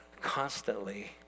constantly